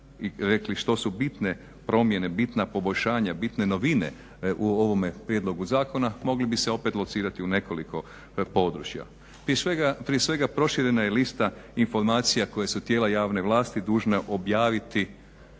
i rekli što su bitne promjene, bitna poboljšanja, bitne novine u ovome prijedlogu zakona mogli bi se opet locirati u nekoliko područja. Prije svega proširena je lista informacija koje su tijela javne vlasti dužna objaviti